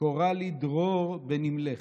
קורא לי דרור בנמלך.